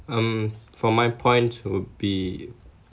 um for my point would be